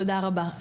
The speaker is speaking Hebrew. תודה רבה.